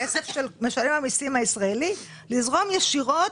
הכסף של משלם המיסים הישראלי יזרום ישירות,